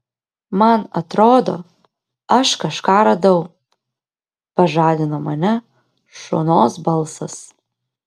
man atrodo aš kažką radau pažadino mane šonos balsas